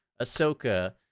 Ahsoka